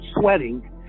sweating